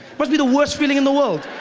must be the worst feeling in the world.